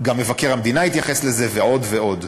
גם מבקר המדינה התייחס לזה, ועוד ועוד.